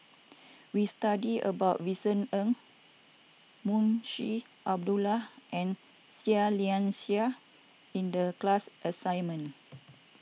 we studied about Vincent Ng Munshi Abdullah and Seah Liang Seah in the class assignment